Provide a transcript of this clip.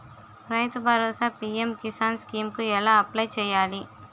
రైతు భరోసా PM Kisan scheme కు ఎలా అప్లయ్ చేయాలి?